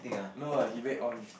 no ah he very on